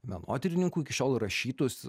menotyrininkų iki šiol rašytus